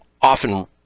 often